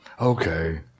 Okay